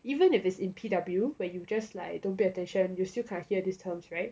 even if it's in P_W where you just like you don't pay attention you still can hear these terms [right]